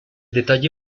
detalle